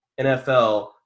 NFL